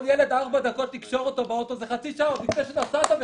ארבע דקות לקשור כל ילד באוטו זה חצי שעה עוד לפני שנסעת בכלל.